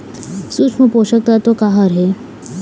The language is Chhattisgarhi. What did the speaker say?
सूक्ष्म पोषक तत्व का हर हे?